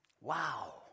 wow